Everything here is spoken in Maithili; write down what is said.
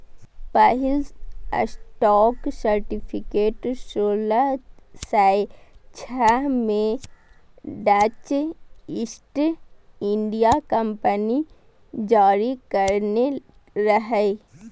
पहिल स्टॉक सर्टिफिकेट सोलह सय छह मे डच ईस्ट इंडिया कंपनी जारी करने रहै